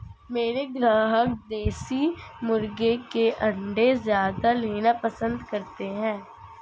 मेरे ग्राहक देसी मुर्गी के अंडे ज्यादा लेना पसंद करते हैं